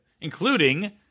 including